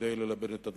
כדי ללבן את הדברים.